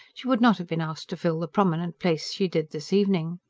she would not have been asked to fill the prominent place she did this evening.